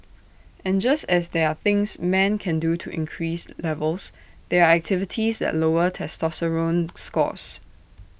and just as there are things men can do to increase levels there are activities that lower testosterone scores